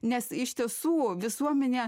nes iš tiesų visuomenė